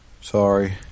Sorry